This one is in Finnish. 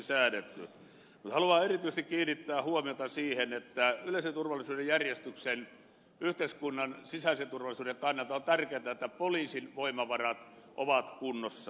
haluan erityisesti kiinnittää huomiota siihen että yleisen turvallisuuden ja järjestyksen yhteiskunnan sisäisen turvallisuuden kannalta on tärkeätä että poliisin voimavarat ovat kunnossa